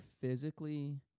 physically